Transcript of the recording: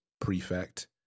prefect